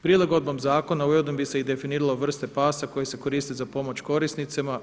Prilagodbom zakona, ujedno bi se i definiralo vrste pasa koje se koristi za pomoć korisnicima.